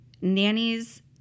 nannies